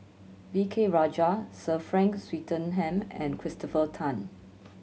V K Rajah Sir Frank Swettenham and Christopher Tan